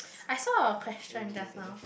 I saw a question just now